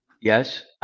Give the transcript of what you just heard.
Yes